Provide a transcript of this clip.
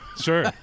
Sure